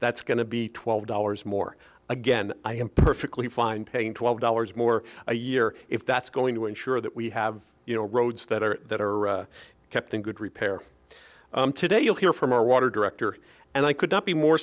that's going to be twelve dollars more again i am perfectly fine paying twelve dollars more a year if that's going to ensure that we have you know roads that are that are kept in good repair today you'll hear from our water director and i could not be more